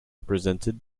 presented